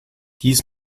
dies